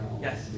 Yes